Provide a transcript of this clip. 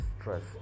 stress